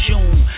June